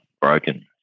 broken